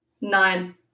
Nine